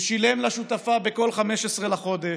הוא שילם לשותפה בכל 15 בחודש,